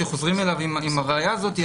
שחוזרים אליו עם הראיה הזאת,